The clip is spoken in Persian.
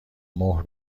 مهر